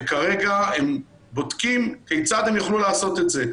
כרגע הם בודקים כיצד הם יוכלו לעשות את זה.